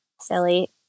silly